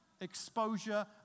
Exposure